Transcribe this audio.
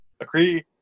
agree